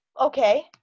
okay